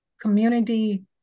community